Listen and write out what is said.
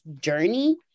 journey